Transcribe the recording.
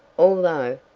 although,